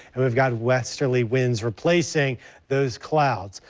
and we've got westerly winds replacing those clouds.